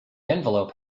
envelope